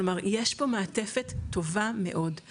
כלומר יש פה מעטפת טובה מאוד.